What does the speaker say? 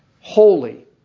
holy